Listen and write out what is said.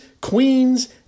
queens